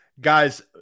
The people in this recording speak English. Guys